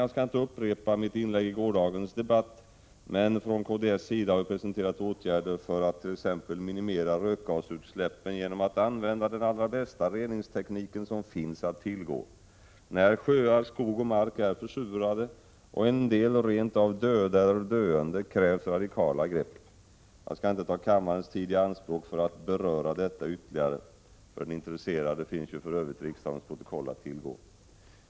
Jag skall inte upprepa mitt inlägg i gårdagens debatt, men från kds:s sida har vi presenterat åtgärder för att t.ex. minimera rökgasutsläppen genom att använda den allra bästa reningsteknik som finns att tillgå. När sjöar, skog och mark är försurade, och en del rent av döda eller döende, krävs radikala grepp. Jag skall inte ta kammarens tid i anspråk för att beröra detta ytterligare. För den intresserade finns ju riksdagens protokoll att tillgå.